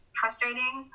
frustrating